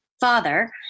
father